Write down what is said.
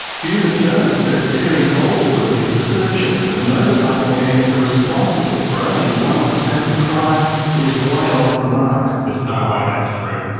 hugh mcdermott says terry goldsworthy's assertion that motorcycle gangs are responsible for only one percent of crime is way off the mark. there's no way that's true.